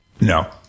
No